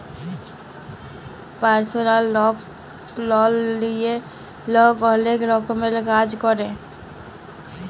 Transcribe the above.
পারসলাল লল লিঁয়ে লক অলেক রকমের কাজ ক্যরে